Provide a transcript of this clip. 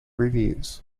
reviews